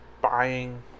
buying